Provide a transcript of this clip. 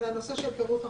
והנושא של פירוק החובות,